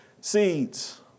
seeds